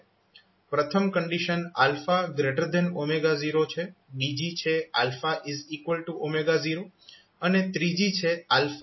પ્રથમ કંડીશન 0 છે બીજી છે 0 અને ત્રીજી છે 0